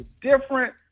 different